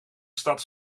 stad